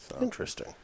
Interesting